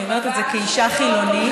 אני אומרת את זה כאישה חילונית,